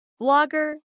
blogger